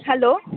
hello